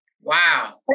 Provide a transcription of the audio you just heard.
Wow